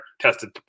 tested